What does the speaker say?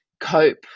cope